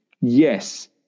yes